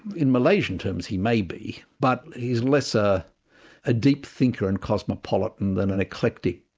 in malaysian terms, he may be, but he's lesser a deep thinker and cosmopolitan than an eclectic,